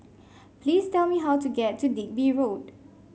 please tell me how to get to Digby Road